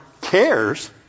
cares